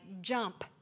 jump